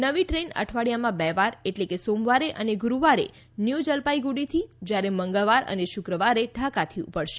નવી ટ્રેન અઠવાડિયામાં બે વાર એટલે સોમવારે અને ગુરુવારે ન્યૂ જલપાઈગુડીથી જ્યારે મંગળવાર અને શુક્રવારે ઢાકાથી ઊપડશે